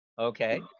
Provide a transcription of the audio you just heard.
Okay